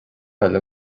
eile